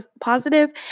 positive